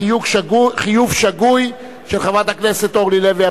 התשע"א 2011,